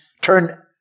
turn